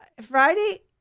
Friday